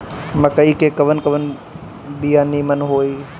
मकई के कवन कवन बिया नीमन होई?